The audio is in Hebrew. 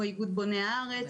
כמו התאחדות הקבלנים בוני הארץ,